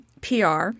PR